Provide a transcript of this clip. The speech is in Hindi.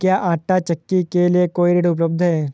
क्या आंटा चक्की के लिए कोई ऋण उपलब्ध है?